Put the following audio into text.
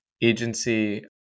agency